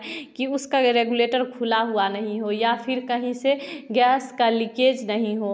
कि उसका रेगुलेटर खुला हुआ नहीं हो या फिर कहीं से गैस का लीकेज नहीं हो